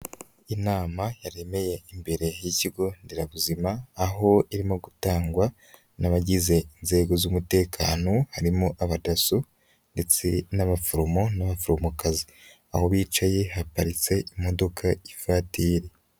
Inama yaremeye imbere y'ikigo nderabuzima, aho irimo gutangwa n'abagize inzego z'umutekano, harimo abadaso ndetse n'abaforomo n'abaforomokazi. Aho bicaye, haparitse imodoka y'ivatire.